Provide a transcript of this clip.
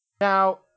Now